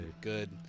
good